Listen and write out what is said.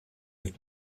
have